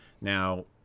Now